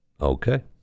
Okay